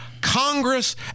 Congress